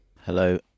Hello